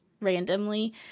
randomly